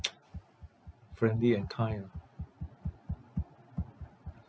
friendly and kind ah